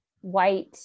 white